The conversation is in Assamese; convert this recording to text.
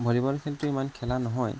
ভলীবল কিন্তু ইমান খেলা নহয়